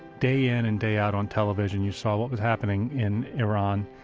day in and day out on television you saw what was happening in iran,